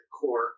core